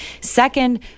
Second